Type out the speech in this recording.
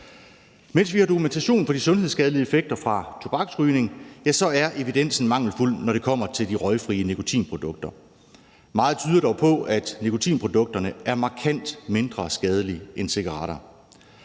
Mens vi har dokumentation for de sundhedsskadelige effekter fra tobaksrygning, er evidensen mangelfuld, når det kommer til de røgfri nikotinprodukter. Meget tyder dog på, at nikotinprodukterne er markant mindre skadelige end cigaretter.